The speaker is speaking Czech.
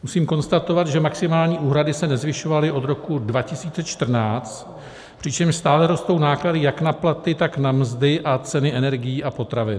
Musím konstatovat, že maximální úhrady se nezvyšovaly od roku 2014, přičemž stále rostou náklady jak na platy, tak na mzdy a ceny energií a potravin.